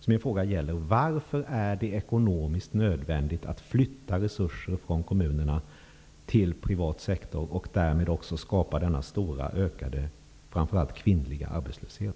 Min fråga är: Varför är det ekonomiskt nödvändigt att flytta resurser från kommunerna till privat sektor och därmed skapa denna stora ökade, framför allt kvinnliga arbetslöshet?